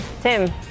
Tim